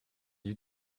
you